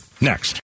Next